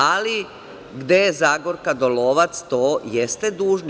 Ali, gde je Zagorka Dolovac, to jeste dužni.